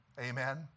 Amen